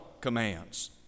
commands